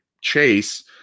Chase